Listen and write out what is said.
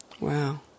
Wow